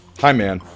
hi man,